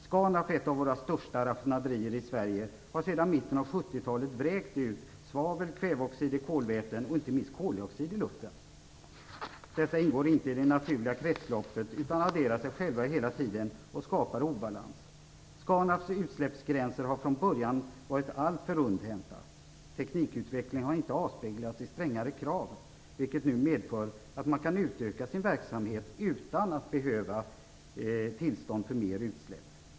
Scanraff, ett av våra största raffinaderier i Sverige, har sedan mitten av 70 talet vräkt ut svavel, kväveoxider, kolväten och inte minst koldioxid i luften. Dessa ingår inte i det naturliga kretsloppet utan adderar sig själva hela tiden och skapar obalans. Scanraffs utsläppsgränser har från början varit alltför rundhänta. Teknikutvecklingen har inte avspeglats i strängare krav, vilket nu medför att man kan utöka sin verksamhet utan att behöva tillstånd för mer utsläpp.